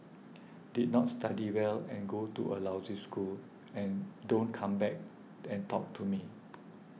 did not study well and go to a lousy school and don't come and talk to me